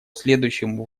следующему